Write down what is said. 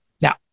Now